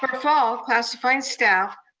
ah for all classified staff,